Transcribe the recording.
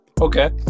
Okay